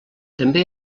també